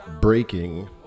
Breaking